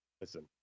Listen